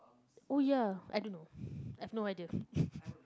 oh ya I don't know I have no idea